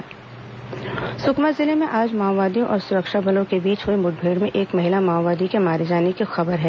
माओवादी म्ठभेड़ सुकमा जिले में आज माओवादियों और सुरक्षा बलों के बीच हुई मुठभेड़ में एक महिला माओवादी के मारे जाने की खबर है